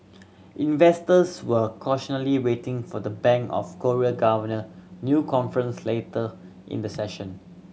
investors were cautiously waiting for the Bank of Korea governor new conference later in the session